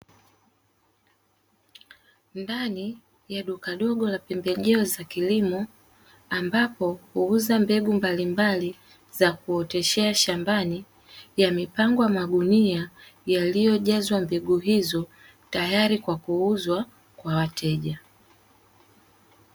Ndani ya duka dogo la pembejeo za kilimo ambapo huuza mbegu mbalimbali za kuoteshea shambani yamepangwa magunia yaliyojazwa mbegu hizo tayari kwa kuuzwa kwa wateja.